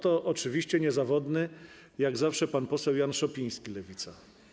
To oczywiście niezawodny jak zawsze pan poseł Jan Szopiński, Lewica.